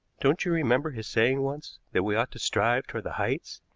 don't you remember his saying once that we ought to strive toward the heights,